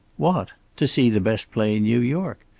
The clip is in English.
what? to see the best play in new york.